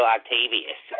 Octavius